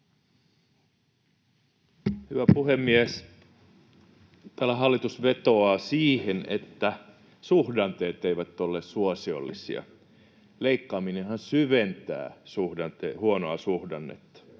Hyvä puhemies! Täällä hallitus vetoaa siihen, että suhdanteet eivät ole suosiollisia. Leikkaaminenhan syventää huonoa suhdannetta.